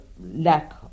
lack